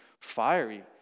fiery